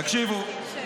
תקשיבו,